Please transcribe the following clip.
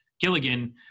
Gilligan